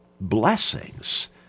blessings